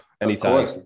Anytime